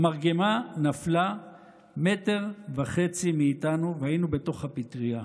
המרגמה נפלה מטר וחצי מאיתנו והיינו בתוך הפטרייה.